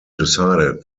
decided